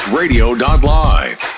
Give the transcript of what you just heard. radio.live